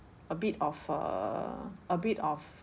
a bit of err a bit of